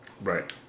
Right